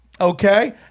Okay